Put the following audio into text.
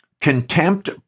contempt